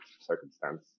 circumstance